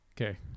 Okay